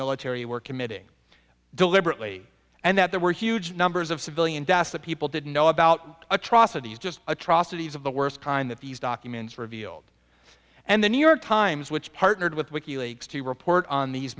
military were committing deliberately and that there were huge numbers of civilian deaths that people didn't know about atrocities just atrocities of the worst kind that these documents revealed and the new york times which partnered with wiki leaks to report on these